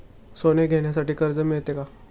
सोने घेण्यासाठी कर्ज मिळते का?